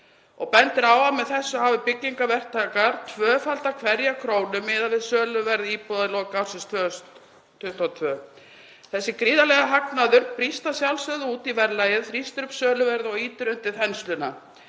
bendir á að með þessu hafi byggingarverktakar tvöfaldað hverja krónu miðað við söluverð íbúðar í lok ársins 2022. Þessi gríðarlegi hagnaður brýst að sjálfsögðu út í verðlagið, þrýstir upp söluverði og ýtir undir þensluna.